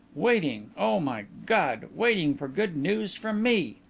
waiting, oh, my god! waiting for good news from me!